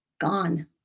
gone